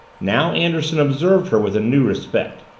now anderson observed her with a new respect.